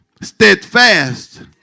steadfast